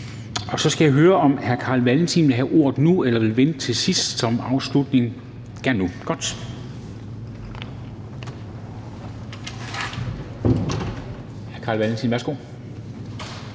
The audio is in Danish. Så skal jeg høre, om hr. Carl Valentin vil have ordet nu eller vil vente til sidst som afslutning.